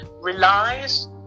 relies